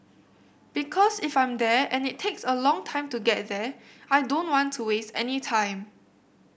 because if I'm there and it takes a long time to get there I don't want to waste any time